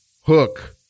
Hook